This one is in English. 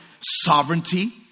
sovereignty